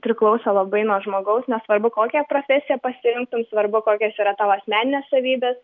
priklauso labai nuo žmogaus nesvarbu kokią profesiją pasirinktum svarbu kokios yra tavo asmeninės savybės